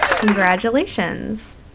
Congratulations